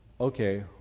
Okay